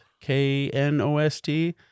K-N-O-S-T